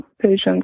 patients